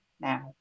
now